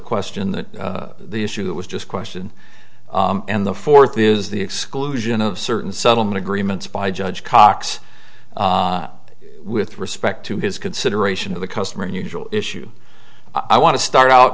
question that the issue was just question and the fourth is the exclusion of certain settlement agreements by judge cox with respect to his consideration of the customer unusual issue i want to start out